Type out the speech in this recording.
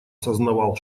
сознавал